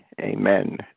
amen